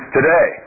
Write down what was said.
Today